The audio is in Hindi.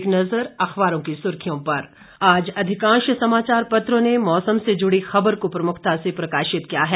एक नज़र अखबारों की सुर्खियों पर आज अधिकांश समाचार पत्रों ने मौसम से जुड़ी खबर को प्रमुखता से प्रकाशित किया है